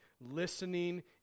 listening